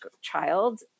child